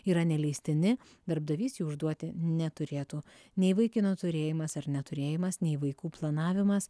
yra neleistini darbdavys jų užduoti neturėtų nei vaikino turėjimas ar neturėjimas nei vaikų planavimas